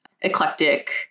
eclectic